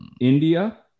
India